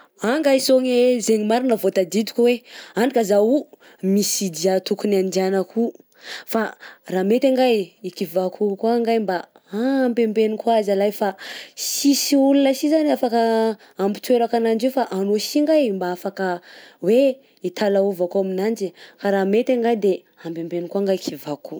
Anga isogny e zegny marina vao tadidiko hoe hany ka zaho o misy dia tokony andihanako o fa raha mety angahy, i kivàko o koa ngahy mba apembeno koa zalahy sisy olona sy zany afaka ampitoerako agnanjy io fa anao sy ngahy mba afaka hoe, hitalaovako aminanjy, ka raha mety angah de ambembegno kô ma kivàko io.